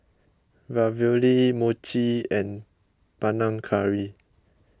Ravioli Mochi and Panang Curry